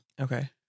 Okay